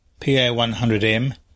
PA100M